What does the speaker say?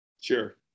Sure